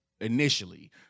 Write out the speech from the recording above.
initially